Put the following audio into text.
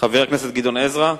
חבר הכנסת גדעון עזרא,